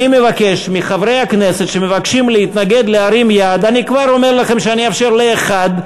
אני יכול להציע משהו לסדר?